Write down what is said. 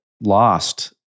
lost